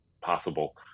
possible